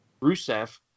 Rusev